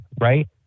right